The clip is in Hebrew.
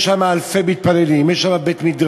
יש שם אלפי מתפללים, יש שם בית-מדרש.